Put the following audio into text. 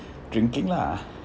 drinking lah